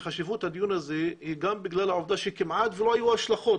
חשיבות הדיון הזה היא גם בגלל העובדה שכמעט ולא היו השלכות,